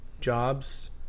jobs